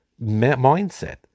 mindset